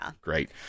great